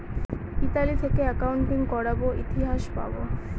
Italy থেকে accounting করাবো ইতিহাস পাবো